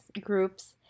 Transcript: groups